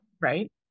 Right